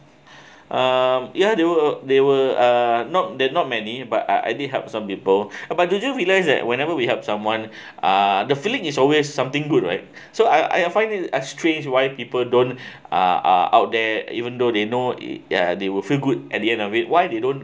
um ya they were they were uh not they not many but I I did help some people but did you realize that whenever we help someone uh the feeling is always something good right so I I find it as strange why people don't uh uh out there even though they know it ya they will feel good at the end of it why they don't